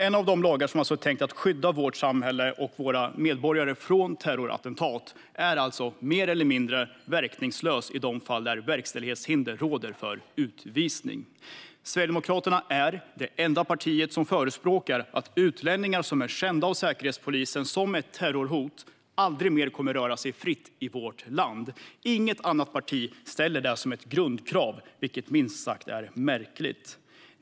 En av de lagar som alltså är tänkt att skydda vårt samhälle och våra medborgare från terrorattentat är alltså mer eller mindre verkningslös i de fall där verkställighetshinder råder för utvisning. Sverigedemokraterna är det enda parti som förespråkar att utlänningar som är kända av Säkerhetspolisen som terrorhot aldrig mer kommer att röra sig fritt i vårt land. Inget annat parti ställer det som ett grundkrav, vilket är minst sagt märkligt.